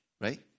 right